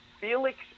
Felix